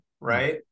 right